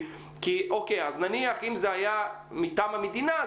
אז נניח שזה היה מטעם המדינה,